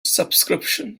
subscription